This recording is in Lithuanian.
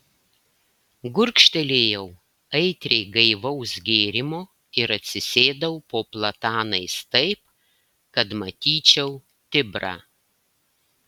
gurkštelėjau aitriai gaivaus gėrimo ir atsisėdau po platanais taip kad matyčiau tibrą